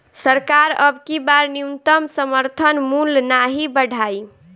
सरकार अबकी बार न्यूनतम समर्थन मूल्य नाही बढ़ाई